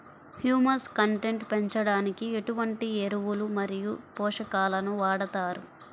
Humus content పెంచడానికి ఎటువంటి ఎరువులు మరియు పోషకాలను వాడతారు?